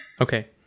Okay